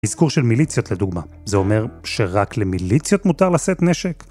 אזכור של מיליציות לדוגמה, זה אומר שרק למיליציות מותר לשאת נשק?